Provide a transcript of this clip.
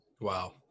Wow